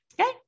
Okay